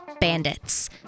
Bandits